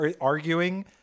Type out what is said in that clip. arguing